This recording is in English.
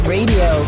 Radio